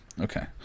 Okay